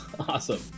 Awesome